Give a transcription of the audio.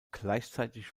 gleichzeitig